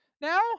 now